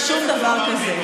ושום דבר כזה.